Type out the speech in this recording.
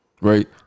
right